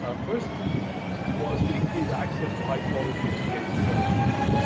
ah first was to increase access to high quality education for everybody.